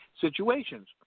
situations